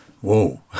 Whoa